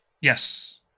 Yes